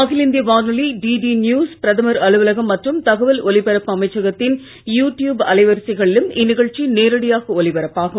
அகில இந்திய வானொலி டிடி நியூஸ் பிரதமர் அலுவலகம் மற்றும் தகவல் ஒலிபரப்பு அமைச்சகத்தின் யூ டியூப் அலைவரிசைகளிலும் இந்நிகழ்ச்சி நேரடியாக ஒலிபரப்பாகும்